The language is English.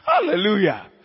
Hallelujah